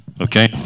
Okay